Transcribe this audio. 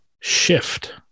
shift